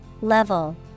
Level